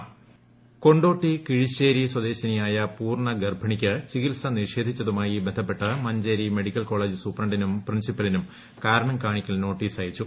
മഞ്ചേരി കാരണം കാണിക്കൽ നോട്ടീസ് കൊണ്ടോട്ടി കിഴിശ്ശേരി സ്വദേശിനിയായ പൂർണ്ണ ഗർഭിണിക്ക് ചികിത്സ നിഷേധിച്ചതുമായി ബന്ധപ്പെട്ട് മഞ്ചേരി മെഡിക്കൽ കോളജ് സൂപ്രണ്ടിനും പ്രിൻസിപ്പലിനും കാരണം കാണിക്കൽ നോട്ടീസ് അയച്ചു